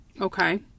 Okay